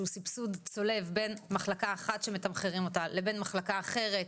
שהוא סבסוד צולב בין מחלקה אחת שמתמחרים אותה לבין מחלקה אחרת,